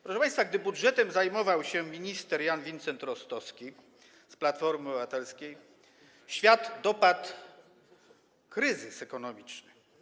Proszę państwa, gdy budżetem zajmował się minister Jan Vincent-Rostowski z Platformy Obywatelskiej, świat dopadł kryzys ekonomiczny.